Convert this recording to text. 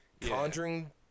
Conjuring